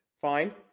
fine